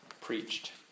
preached